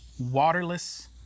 waterless